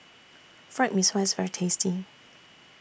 Fried Mee Sua IS very tasty